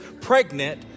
pregnant